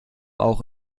auch